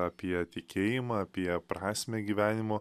apie tikėjimą apie prasmę gyvenimo